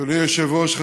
אדוני היושב-ראש,